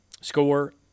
score